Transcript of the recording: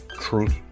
truth